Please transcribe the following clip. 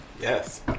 Yes